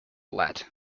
let